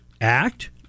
act